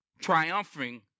triumphing